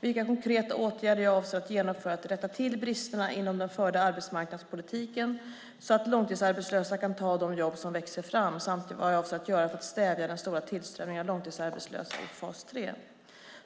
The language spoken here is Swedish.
vilka konkreta åtgärder jag avser att genomföra för att rätta till bristerna inom den förda arbetsmarknadspolitiken så att långtidsarbetslösa kan ta de jobb som växer fram samt vad jag avser att göra för att stävja den stora tillströmningen av långtidsarbetslösa i fas 3.